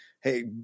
hey